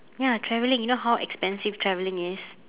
ya traveling you know how expensive traveling is